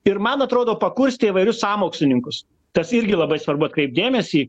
ir man atrodo pakurstė įvairius sąmokslininkus tas irgi labai svarbu atkreipt dėmesį